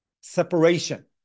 separation